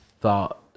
thought